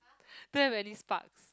don't have any sparks